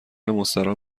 مستراح